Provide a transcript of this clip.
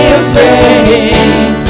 afraid